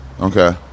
Okay